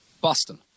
Boston